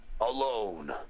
alone